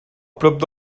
prop